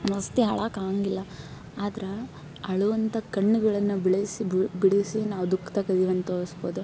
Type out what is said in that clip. ಒನ್ನೊಂದ್ಸರ್ತಿ ಅಳಕ್ಕಾಗಂಗಿಲ್ಲ ಆದ್ರ ಅಳುವಂತದ್ದು ಕಣ್ಣುಗಳನ್ನ ಬಿಳಿಸಿ ಬಿಡಿಸಿ ನಾವು ದುಃಖ್ದಾಗ ಇದ್ದೀವಿ ಅಂತ ತೋರಸ್ಬೋದು